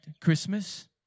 Christmas